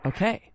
Okay